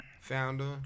founder